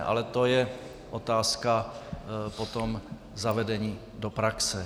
Ale to je otázka potom zavedení do praxe.